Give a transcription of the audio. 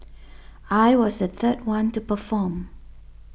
I was the third one to perform